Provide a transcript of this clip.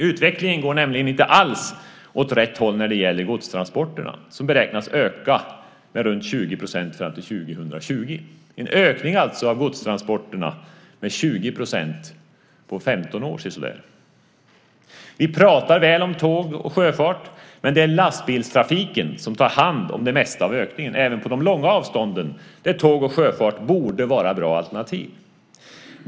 Utvecklingen går nämligen inte alls åt rätt håll när det gäller godstransporterna, som beräknas öka med runt 20 % fram till år 2020 - alltså en ökning av godstransporterna med 20 % på sisådär 15 år. Vi talar väl om tåg och sjöfart. Men det är lastbilstrafiken som tar hand om det mesta av ökningen, även på de långa avstånden där tåg och sjöfart borde vara bra alternativ.